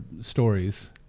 stories